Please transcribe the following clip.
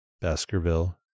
Baskerville